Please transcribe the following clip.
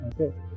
Okay